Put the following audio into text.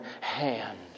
hand